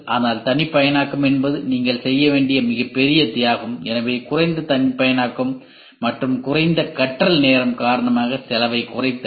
ஆனால் தனிப்பயனாக்கம் என்பது நீங்கள் செய்ய வேண்டிய மிகப்பெரிய தியாகம் எனவே குறைந்த தனிப்பயனாக்கம் மற்றும் குறைந்த கற்றல் நேரம் காரணமாக செலவைக் குறைத்தல்